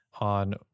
on